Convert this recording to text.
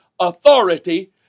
authority